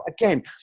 again